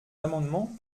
amendements